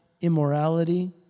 immorality